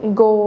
go